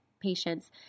patients